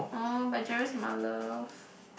but Jerard's my love